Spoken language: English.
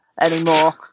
anymore